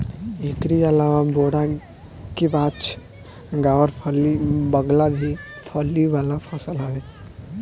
एकरी अलावा बोड़ा, केवाछ, गावरफली, बकला भी फली वाला फसल हवे